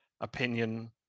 opinion